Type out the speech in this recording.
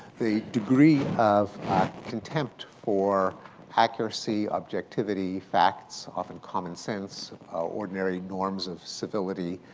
the degree of contempt for accuracy, objectivity, facts, often common sense, ordinary norms of civility,